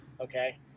okay